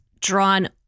drawn